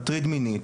מטריד מינית,